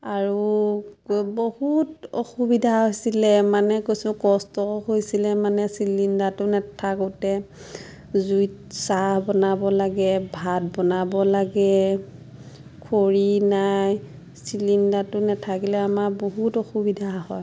আৰু বহুত অসুবিধা হৈছিলে মানে কৈছোঁ কষ্ট হৈছিলে মানে চিলিণ্ডাৰটো নেথাকোঁতে জুইত চাহ বনাব লাগে ভাত বনাব লাগে খৰি নাই চিলিণ্ডাৰটো নেথাকিলে আমাৰ বহুত অসুবিধা হয়